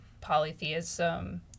polytheism